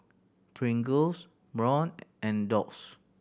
Pringles Braun and Doux